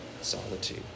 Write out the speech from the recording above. solitude